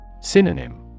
Synonym